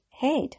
head